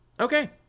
Okay